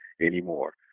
anymore